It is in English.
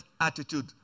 attitude